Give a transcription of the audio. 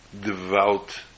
devout